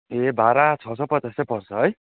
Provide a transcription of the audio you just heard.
ए भाडा छ सय पचास चाहिँ पर्छ है